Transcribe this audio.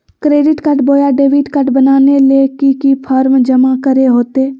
Credit card बोया debit card बनाने ले की की फॉर्म जमा करे होते?